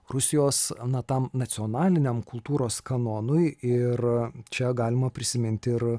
rusijos na tam nacionaliniam kultūros kanonui ir čia galima prisiminti ir